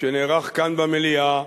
שנערך כאן, במליאה,